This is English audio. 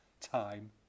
Time